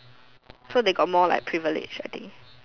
so they got more like privilege I think